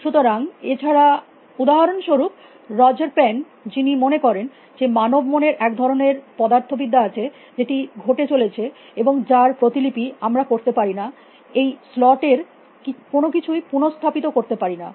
সুতরাং এছাড়া উদাহরণস্বরূপ রজার পেন যিনি মনে করেন যে মানব মনের এক ধরনের পদার্থবিদ্যা আছে যেটি ঘটে চলেছে এবং যার প্রতিলিপি আমরা করতে পারি না এই স্লট এর কোনো কিছুই পুনঃস্থাপিত করতে পারি না